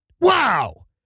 Wow